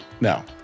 No